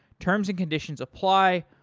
terms and conditions apply.